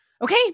Okay